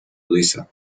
lisa